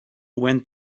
went